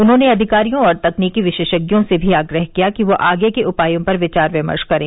उन्होंने अधिकारियों और तकनीकी विशेषज्ञों से भी आग्रह किया कि ये आगे के उपायो पर विचार विमर्श करें